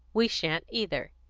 we sha'n't either.